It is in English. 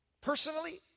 Personally